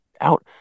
out